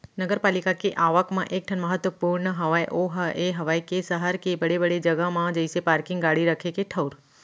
नगरपालिका के आवक म एक ठन महत्वपूर्न हवय ओहा ये हवय के सहर के बड़े बड़े जगा म जइसे पारकिंग गाड़ी रखे के ठऊर